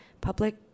public